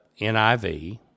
NIV